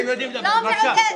הם יודעים לדבר יפה מאוד.